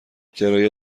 کرایه